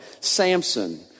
Samson